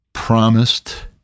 promised